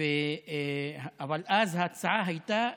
אבל אז ההצעה הייתה זמנית,